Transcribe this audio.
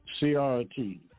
CRT